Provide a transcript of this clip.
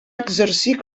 exercir